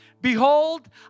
Behold